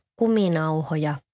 kuminauhoja